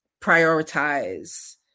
prioritize